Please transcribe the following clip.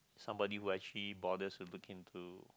somebody who actually bothers to look into